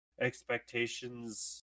expectations